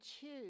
choose